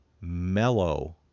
mellow